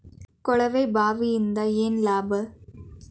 ಕೊಳವೆ ಬಾವಿಯಿಂದ ಏನ್ ಲಾಭಾ?